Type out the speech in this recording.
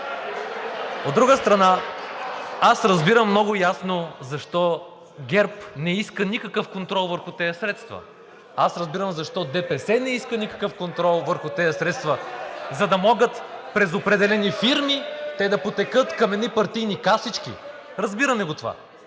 От друга страна, разбирам много ясно защо ГЕРБ не иска никакъв контрол върху тези средства, разбирам защо ДПС не иска никакъв контрол върху тези средства – за да могат през определени фирми те да потекат към едни партийни касички. Разбираме го това.